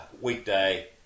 weekday